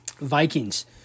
Vikings